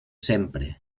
sempre